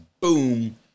boom